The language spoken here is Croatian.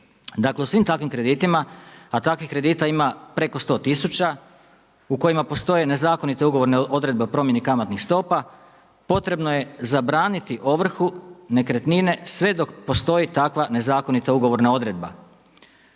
Dakle u svim takvim kreditima, a takvih kredita ima preko 100 tisuća u kojima postoje nezakonite ugovorne odredbe o promjeni kamatnih stopa potrebno je zabraniti ovrhu nekretnine sve dok postoji takva nezakonita ugovorna odredba.